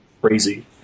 crazy